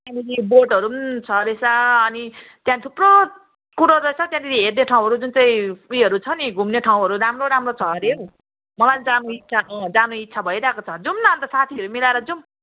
त्यहाँनिर बोटहरू पनि छ रहेछ अनि त्यहाँ थुप्रो कुरो रहेछ त्यहाँनिर हेर्ने ठाउँहरू जुन चाहिँ उयोहरू छ नि घुम्ने ठाउँहरू राम्रो राम्रो छ अरे हौ मलाई पनि जानु इच्छा अँ जानु इच्छा भइरहेको छ जाउँ न अन्त साथीहरू मिलाएर जाउँ